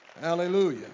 Hallelujah